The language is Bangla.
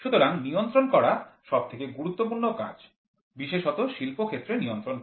সুতরাং নিয়ন্ত্রণ করা সবথেকে গুরুত্বপূর্ণ কাজ বিশেষত শিল্প ক্ষেত্রে নিয়ন্ত্রণ করা